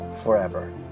forever